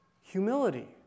humility